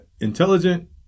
intelligent